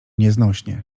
nieznośnie